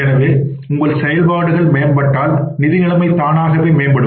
எனவே உங்கள் செயல்பாடுகள் மேம்பட்டால் நிதிநிலைமை தானாகவே மேம்படும்